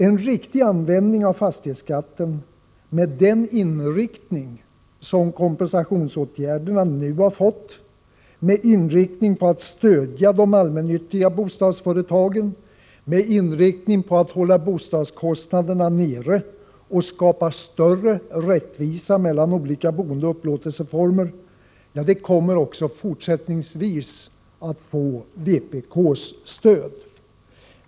En riktig användning av fastighetsskatten, med den inriktning som kompensationsåtgärderna nu fått, en inriktning på att stödja de allmännyttiga bostadsföretagen och på att hålla boendekostnaderna nere och skapa större rättvisa mellan olika boendeoch upplåtelseformer, kommer också fortsättningsvis att få vpk:s stöd.